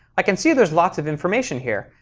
i can see there's lots of information here.